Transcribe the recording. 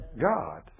God